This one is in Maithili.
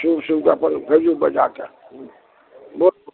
शुभ शुभके भेजू अपन बच्चाकेँ